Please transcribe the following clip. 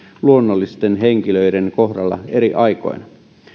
luonnollisten henkilöiden kohdalla eri aikoina